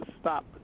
stop